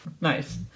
Nice